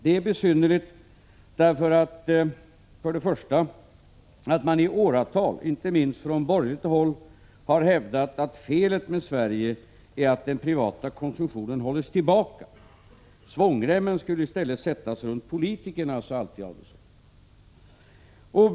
Det är besynnerligt för det första för att man i åratal, inte minst från borgerligt håll, har hävdat att felet med Sverige är att den privata konsumtionen hålls tillbaka. Svångremmen skulle i stället sättas runt politiker, sade alltid Ulf Adelsohn.